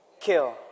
kill